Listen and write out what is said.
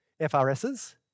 FRSs